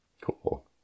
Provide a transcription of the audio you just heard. Cool